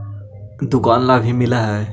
दुकान ला भी मिलहै?